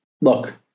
look